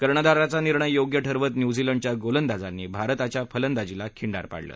कर्णधाराचा निर्णय योग्य ठरवत न्यूझीलंडच्या गोलंदाजांनी भारताच्या फलंदाजीला खिंडार पाडलं